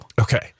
okay